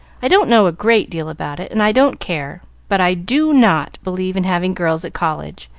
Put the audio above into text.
i don't know a great deal about it, and i don't care, but i do not believe in having girls at college.